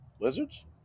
Lizards